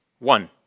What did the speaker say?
One